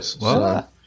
Wow